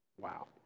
Wow